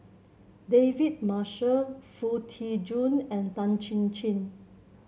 David Marshall Foo Tee Jun and Tan Chin Chin